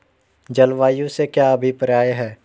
जलवायु से क्या अभिप्राय है?